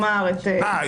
היא